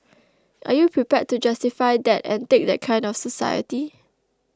are you prepared to justify that and take that kind of society